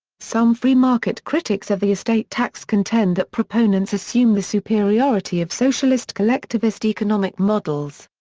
some free market critics of the estate tax contend that proponents assume the superiority of socialist collectivist economic models.